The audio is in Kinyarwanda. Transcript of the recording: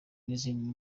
n’izindi